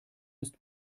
ist